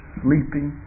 sleeping